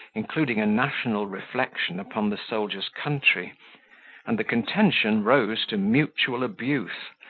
including a national reflection upon the soldier's country and the contention rose to mutual abuse,